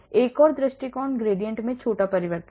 एक और दृष्टिकोण gradient में छोटा परिवर्तन है